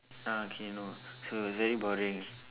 ah okay no so it's very boring